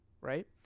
right